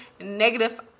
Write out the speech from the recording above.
negative